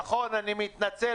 נכון, אני מתנצל.